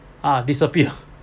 ah disappeared